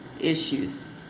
issues